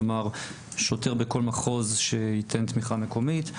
כלומר שוטר בכל מחוז שייתן תמיכה מקומית.